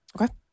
Okay